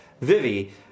Vivi